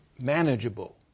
manageable